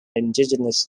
indigenous